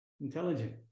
intelligent